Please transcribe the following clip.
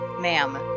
ma'am